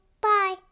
Bye